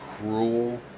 cruel